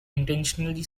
intentionally